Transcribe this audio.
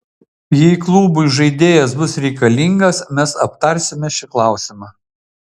jei klubui žaidėjas bus reikalingas mes aptarsime šį klausimą